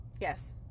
Yes